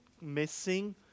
missing